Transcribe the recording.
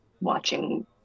watching